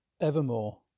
evermore